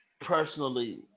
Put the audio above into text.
personally